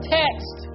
text